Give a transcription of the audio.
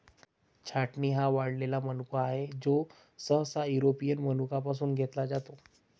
छाटणी हा वाळलेला मनुका आहे, जो सहसा युरोपियन मनुका पासून घेतला जातो